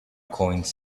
coins